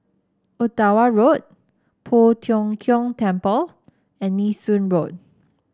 Ottawa Road Poh Tiong Kiong Temple and Nee Soon Road